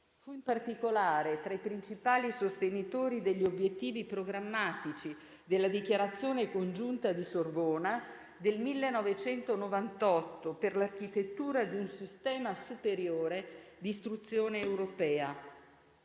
Fu in particolare tra i principali sostenitori degli obiettivi programmatici della Dichiarazione congiunta di Sorbona del 1998 per l'architettura di un sistema superiore d'istruzione europea;